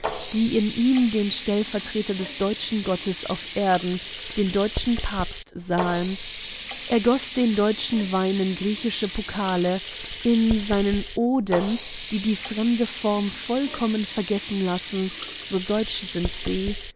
die in ihm den stellvertreter des deutschen gottes auf erden den deutschen papst sahen er goß den deutschen wein in griechische pokale in seinen oden die die fremde form vergessen lassen so deutsch sind sie